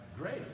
great